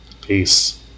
Peace